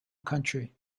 country